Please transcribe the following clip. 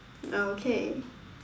okay